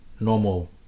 normal